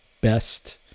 best